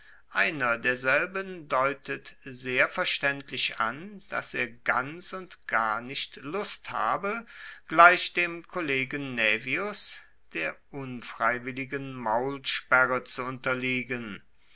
einer derselben deutet sehr verstaendlich an dass er ganz und gar nicht lust habe gleich dem kollegen naevius der unfreiwilligen maulsperre zu unterliegen